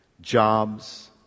jobs